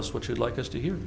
us what you'd like us to hear